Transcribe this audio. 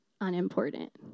unimportant